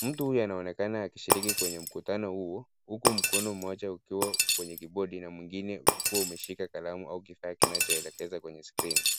.Mtu huyu anaonekana akishiriki kwenye mkutano huo huku mkono mmoja ukiwa kwenye kibodi na mwingine ukiwa umeshika kalamu au kifaa kinachoelekeza kwenye skrini.